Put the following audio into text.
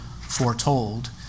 foretold